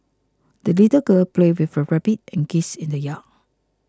the little girl played with her rabbit and geese in the yard